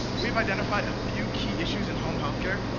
we've identified a few key issues in home-health care,